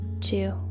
two